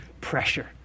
pressure